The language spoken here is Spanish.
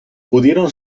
pudieron